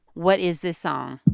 what is this song?